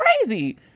crazy